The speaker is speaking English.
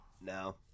No